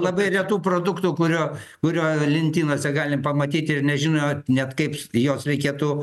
labai retų produktų kurio kurio lentynose galim pamatyti ir nežinot net kaip jos reikėtų